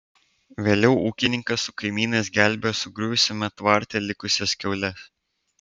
vėliau ūkininkas su kaimynais gelbėjo sugriuvusiame tvarte likusias kiaules